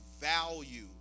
value